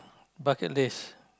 bucket list